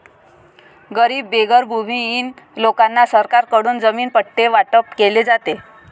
गरीब बेघर भूमिहीन लोकांना सरकारकडून जमीन पट्टे वाटप केले जाते